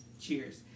cheers